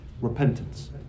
repentance